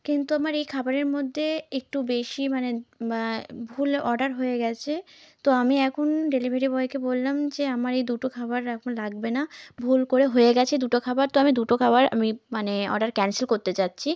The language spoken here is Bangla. কিন্তু আমার এই খাবারের মধ্যে একটু বেশি মানে বা ভুল অর্ডার হয়ে গেছে তো আমি এখন ডেলিভারি বয়কে বললাম যে আমার এই দুটো খাবার আপনার লাগবে না ভুল করে হয়ে গেছে দুটো খাবার তো আমি দুটো খাবার আমি মানে অর্ডার ক্যান্সেল করতে চাইছি